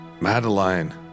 Madeline